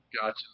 Gotcha